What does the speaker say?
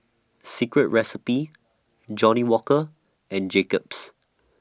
Secret Recipe Johnnie Walker and Jacob's